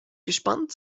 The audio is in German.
gespannt